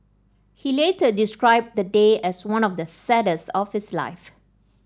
he later described the day as one of the saddest of his life